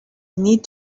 need